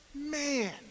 man